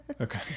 Okay